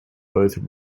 both